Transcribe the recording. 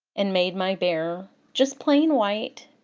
and made my bear just plain white,